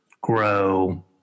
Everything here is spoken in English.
grow